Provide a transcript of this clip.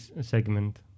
segment